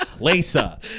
Lisa